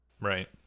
Right